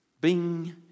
bing